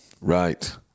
Right